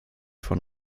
von